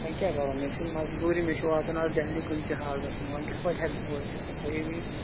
وۅنۍ کیٛاہ گوٚو مےٚ چھُ مجبوٗری مےٚ چھُ واتُن اَز دہلی کُنہِ تہِ حالتَس مَنٛز وۅنۍ کِتھٕ پٲٹھی ہیٚکہٕ بہٕ وٲتِتھ تُہی ؤنِو